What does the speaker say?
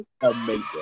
Amazing